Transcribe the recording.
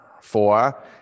Four